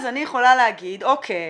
אז אני יכולה להגיד, אוקי,